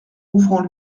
ouvrons